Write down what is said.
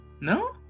no